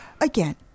again